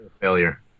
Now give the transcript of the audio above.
failure